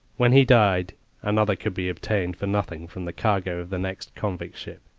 when he died another could be obtained for nothing from the cargo of the next convict ship.